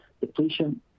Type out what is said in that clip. Depletion